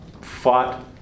fought